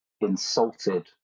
insulted